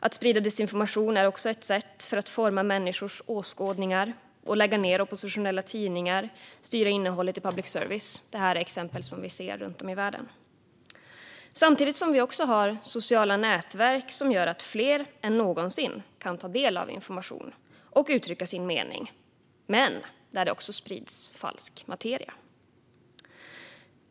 Att sprida desinformation för att forma människors åskådningar, lägga ned oppositionella tidningar och styra innehållet i public service är exempel som vi ser runt om i världen. Samtidigt har vi sociala nätverk som gör att fler än någonsin kan ta del av information och uttrycka sin mening, men där sprids det också falsk materia. Herr talman!